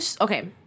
okay